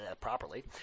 properly